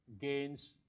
gains